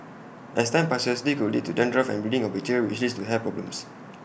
as time passes this could lead to dandruff and breeding of bacteria which leads to hair problems